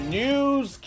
news